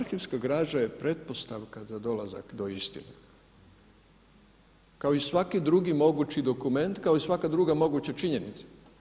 Arhivska građa je pretpostavka za dolazak do istine kao i svaki drugi mogući dokument, kao i svaka druga moguća činjenica.